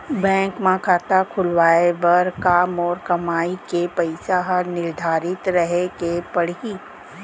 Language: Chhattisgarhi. बैंक म खाता खुलवाये बर का मोर कमाई के पइसा ह निर्धारित रहे के पड़ही?